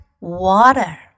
water